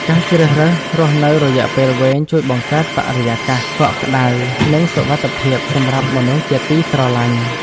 ការជ្រើសរើសរស់នៅរយៈពេលវែងជួយបង្កើតបរិយាកាសកក់ក្ដៅនិងសុវត្ថិភាពសម្រាប់មនុស្សជាទីស្រឡាញ់។